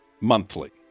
monthly